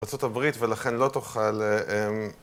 בארצות הברית, ולכן לא תוכל...